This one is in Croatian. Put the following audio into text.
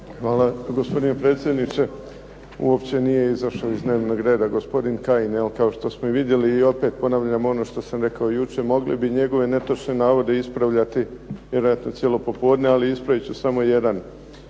Hvala gospodine predsjedniče. Uopće nije izašao iz dnevnog reda gospodin Kajin, 'jel kao što smo i vidjeli i opet ponavljam ono što sam rekao i jučer. Mogli bi njegove netočne navode ispravljati vjerojatno cijelo popodne, ali ispravit ću samo jedan.